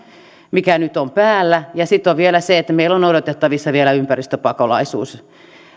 mikä nyt on päällä ja sitten on vielä se että meillä on odotettavissa vielä ympäristöpakolaisuus